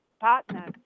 partner